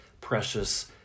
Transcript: precious